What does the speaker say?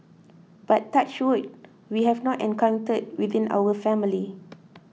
but touch wood we have not encountered within our family